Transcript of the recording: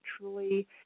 truly